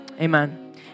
Amen